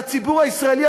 והציבור הישראלי,